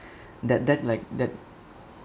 that that like that